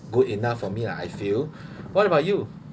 good enough for me lah I feel what about you